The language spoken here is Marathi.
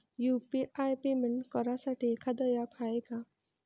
यू.पी.आय पेमेंट करासाठी एखांद ॲप हाय का?